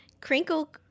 crinkle